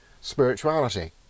spirituality